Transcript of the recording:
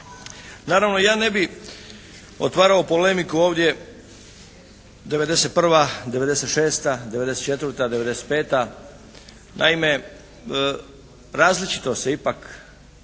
Naravno ja ne bih otvarao polemiku ovdje 91., 96., 94., 95. Naime različito se ipak i na